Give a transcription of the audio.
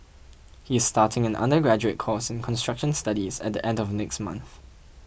he is starting an undergraduate course in construction studies at the end of next month